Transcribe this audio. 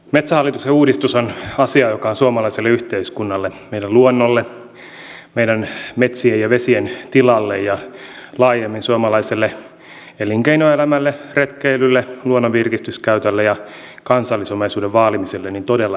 metsähallituksen uudistus on asia joka on suomalaiselle yhteiskunnalle meidän luonnolle meidän metsien ja vesien tilalle ja laajemmin suomalaiselle elinkeinoelämälle retkeilylle luonnon virkistyskäytölle ja kansallisomaisuuden vaalimiselle todella iso asia